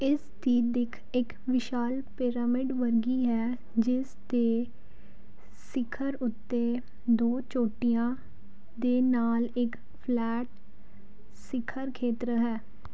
ਇਸ ਦੀ ਦਿੱਖ ਇੱਕ ਵਿਸ਼ਾਲ ਪਿਰਾਮਿਡ ਵਰਗੀ ਹੈ ਜਿਸ ਦੇ ਸਿਖਰ ਉੱਤੇ ਦੋ ਚੋਟੀਆਂ ਦੇ ਨਾਲ ਇੱਕ ਫਲੈਟ ਸਿਖਰ ਖੇਤਰ ਹੈ